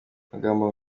amagambo